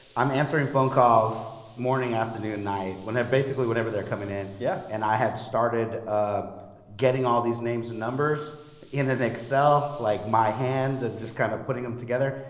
i'm answering phone calls morning, afternoon, night when, basically whenever they're coming in. yeah. and i had started getting all these names and numbers in an excel, like my hand and just kind of putting them together.